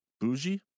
bougie